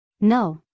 No